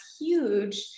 huge